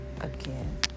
again